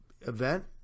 event